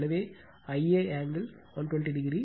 எனவே Iaஆங்கிள் 120o